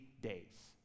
days